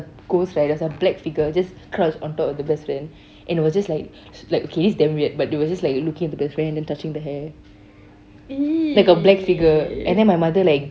ghost right there was a black figure just crouched on top of the best friend and was just like like okay this is damn weird but it was just looking at the best friend then touching the hair like a black figure and then my mother